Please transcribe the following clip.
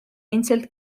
endiselt